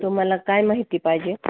तुम्हाला काय माहिती पाहिजे